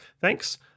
Thanks